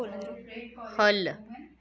ख'ल्ल